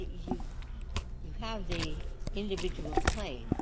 you you have the individual claim.